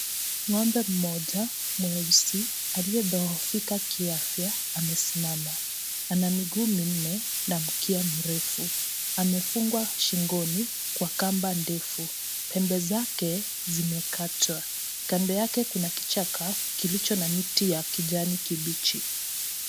Ng'ombe mmoja mweusi, aliyedhoofika kiafya amesimama. Ana miguu minne na mkia mrefu. Amefungwa shingoni kwa kamba ndefu. Pembe zake zimekatwa. Kando yake kuna kichaka, kilicho na miti ya kijani kibichi.